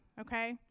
okay